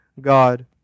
God